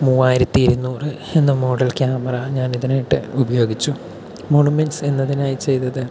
മൂവായിരത്തി ഇരുന്നൂറ് എന്ന മോഡൽ ക്യാമറ ഞാൻ ഇതിനായിട്ട് ഉപയോഗിച്ചു മോണുമെൻറ്റ്സ് എന്നതിനായി ചെയ്തത്